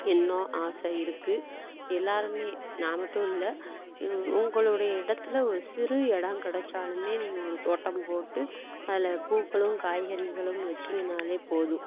எண்ணம் ஆசை இருக்குது எல்லோருமே நான் மட்டுமில்ல உங்களுடைய இடத்தில் ஒரு சிறு இடம் கிடச்சாலுமே நீங்கள் ஒரு தோட்டம் போட்டு அதில் பூக்களும் காய்கறிகளும் வச்சீங்கன்னாலே போதும்